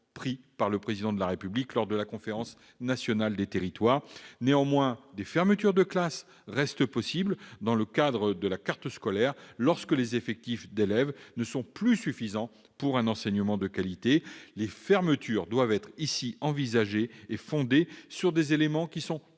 pris par le Président de la République lors de la Conférence nationale des territoires. Néanmoins, des fermetures de classes restent possibles dans le cadre de la carte scolaire, lorsque les effectifs d'élèves ne sont plus suffisants pour un enseignement de qualité. Les fermetures doivent être fondées sur des éléments qui sont